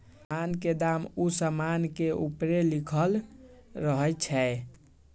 समान के दाम उ समान के ऊपरे लिखल रहइ छै